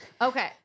Okay